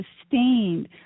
sustained